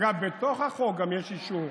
אגב, בתוך החוק גם יש אישור